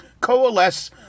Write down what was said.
coalesce